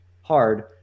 hard